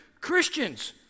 Christians